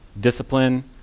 discipline